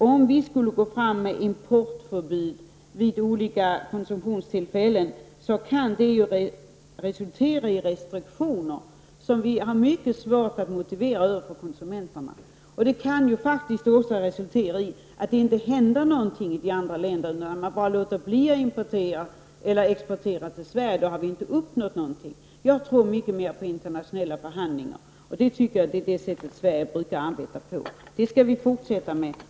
Om vi skulle gå fram med importförbud vid olika konsumtionstillfällen, kan det resultera i restriktioner som vi får mycket svårt att motivera även för konsumenterna. Det kan faktiskt också resultera i att det inte händer något i de andra länderna, att de bara låter bli att exportera till Sverige. Då har vi inte uppnått något. Jag tror mycket mer på internationella förhandlingar. Det är det sätt på vilket Sverige brukar arbeta, och det skall vi fortsätta med.